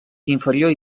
inferior